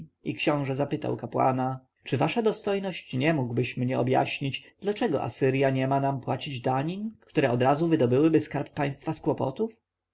i książę zapytał kapłana czy wasza dostojność nie mógłbyś mnie objaśnić dlaczego asyrja nie ma nam płacić danin które odrazu wydobyłyby skarb państwa z kłopotów